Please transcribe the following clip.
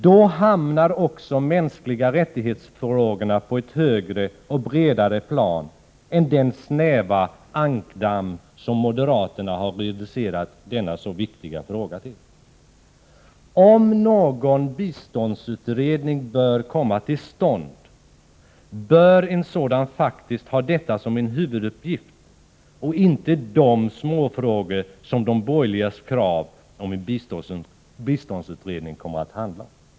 Då hamnar också frågan om mänskliga rättigheter på ett högre och bredare plan än den snäva ankdamm som moderaterna har reducerat denna så viktiga fråga till. Om någon biståndsutredning bör komma till stånd, bör en sådan faktiskt ha detta som huvuduppgift och inte de småfrågor som de borgerligas krav på en biståndsutredning kommer att handla om.